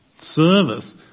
service